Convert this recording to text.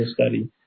study